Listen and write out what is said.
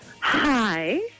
Hi